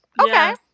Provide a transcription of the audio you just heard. Okay